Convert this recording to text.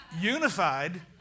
Unified